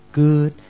good